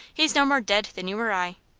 he's no more dead than you or i.